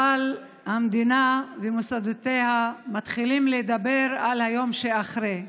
אבל המדינה ומוסדותיה מתחילים לדבר על היום שאחרי.